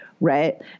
Right